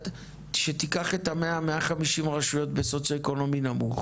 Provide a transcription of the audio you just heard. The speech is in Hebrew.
שתיקח את ה-100, 150 רשויות בסוציו-אקונומי נמוך